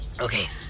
Okay